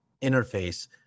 interface